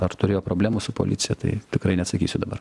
ar turėjo problemų su policija tai tikrai neatsakysiu dabar